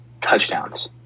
touchdowns